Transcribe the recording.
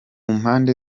mpande